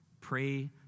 Pray